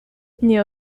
nie